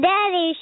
Daddy